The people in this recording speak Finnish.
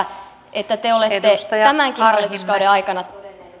että te olette tämänkin hallituskauden aikana